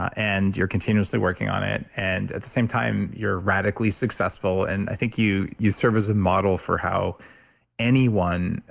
and you're continuously working on it and at the same time, you're radically successful. and i think you you serve as a model for how anyone,